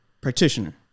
practitioner